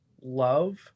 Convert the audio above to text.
love